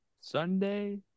Sunday